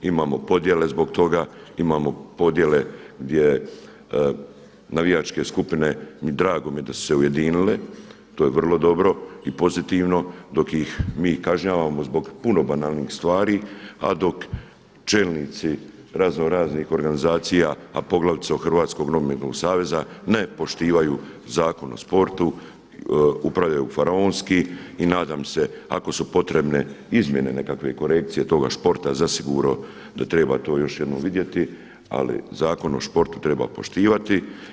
Imamo podjele zbog toga, imamo podjele gdje navijačke skupine i drago mi je da su se ujedinile to je vrlo dobro i pozitivno dok ih mi kažnjavamo zbog puno banalnijih stvari, a do čelnici razno raznih organizacija a poglavito HNS-a ne poštivaju Zakon o sportu, upravljaju faraonski i nadam se ako su potrebne izmjene nekakve i korekcije toga sporta zasigurno da to treba još jednom vidjeti ali Zakon o sportu treba poštivati.